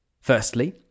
Firstly